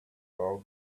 for